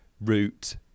root